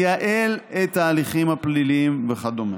לייעל את ההליכים הפליליים וכדו'.